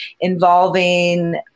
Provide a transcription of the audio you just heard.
involving